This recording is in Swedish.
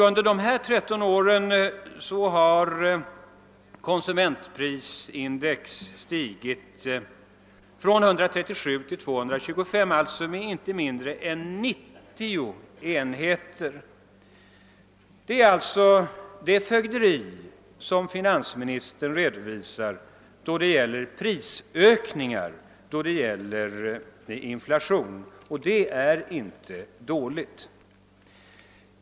Under de 13 åren har konsumentpris index stigit från 137 till 225, alltså med inte mindre än 90 enheter. Det är alltså det fögderi som finansministern redovisar då det gäller prisökningar och inflation.